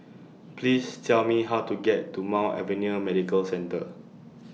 Please Tell Me How to get to Mount Alvernia Medical Centre